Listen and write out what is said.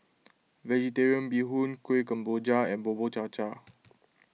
Vegetarian Bee Hoon Kueh Kemboja and Bubur Cha Cha